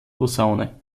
posaune